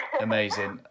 Amazing